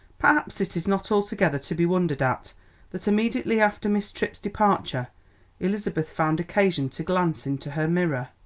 perhaps it is not altogether to be wondered at that immediately after miss tripp's departure elizabeth found occasion to glance into her mirror.